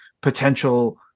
potential